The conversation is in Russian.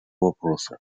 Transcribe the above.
вопроса